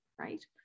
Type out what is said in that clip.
Right